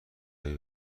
روی